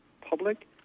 Public